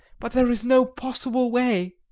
but there is no possible way.